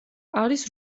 არის